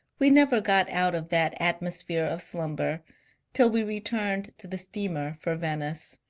we never got out of that atmosphere of slumber till we returned to the steamer for venice,